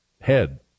head